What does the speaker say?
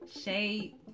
Shade